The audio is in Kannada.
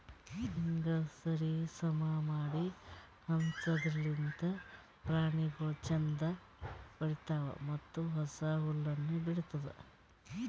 ಹೀಂಗ್ ಸರಿ ಸಮಾ ಮಾಡಿ ಹಂಚದಿರ್ಲಿಂತ್ ಪ್ರಾಣಿಗೊಳ್ ಛಂದ್ ಬೆಳಿತಾವ್ ಮತ್ತ ಹೊಸ ಹುಲ್ಲುನು ಬೆಳಿತ್ತುದ್